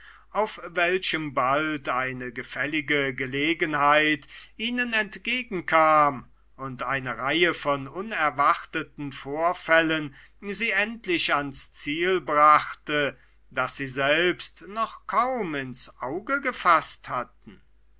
auf welchem bald eine gefällige gelegenheit ihnen entgegenkam und eine reihe von unerwarteten vorfällen sie endlich ans ziel brachte das sie selbst noch kaum ins auge gefaßt hatten